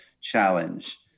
challenge